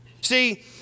See